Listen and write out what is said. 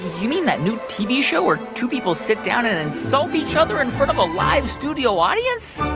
you mean that new tv show where two people sit down and insult each other in front of a live studio audience?